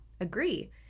agree